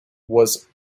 was